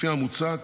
לפי המוצע,